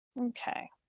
Okay